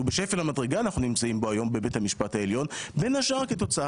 בשפל המדרגה אנחנו נמצאים היום בבית המשפט העליון בין השאר כתוצאה